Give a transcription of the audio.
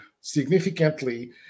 significantly